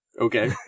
Okay